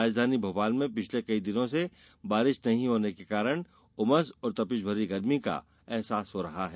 राजधानी भोपाल में पिछले कई दिन से बारिश नहीं होने के कारण उमस और तपिश भरी गर्मी का अहसास हो रहा है